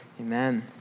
Amen